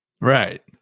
Right